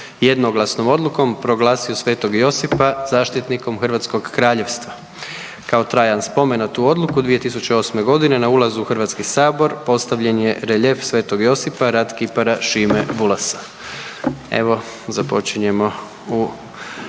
jednoglasnom odlukom proglasio sv. Josipa zaštitnikom Hrvatskog kraljevstva kao trajan spomen na tu odluku 2008.g. na ulazu u HS postavljen je reljef sv. Josipa rad kipara Šime Bulasa. Evo započinjemo u